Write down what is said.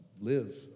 live